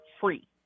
free